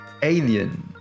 Alien